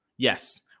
Yes